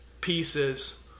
pieces